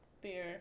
beer